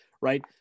right